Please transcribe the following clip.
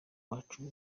wacu